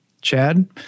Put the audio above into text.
Chad